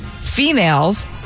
females